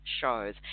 shows